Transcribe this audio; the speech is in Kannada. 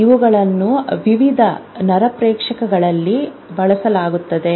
ಅವುಗಳನ್ನು ವಿವಿಧ ನರಪ್ರೇಕ್ಷಕಗಳಲ್ಲಿ ಬಳಸಲಾಗುತ್ತದೆ